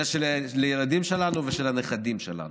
אלא של הילדים שלנו ושל והנכדים שלנו.